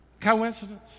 Coincidence